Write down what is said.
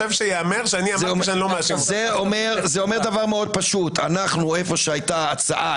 אנחנו איפה שהייתה הצעה,